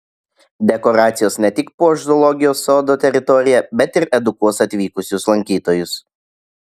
dekoracijos ne tik puoš zoologijos sodo teritoriją bet ir edukuos atvykusius lankytojus